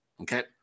Okay